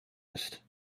ist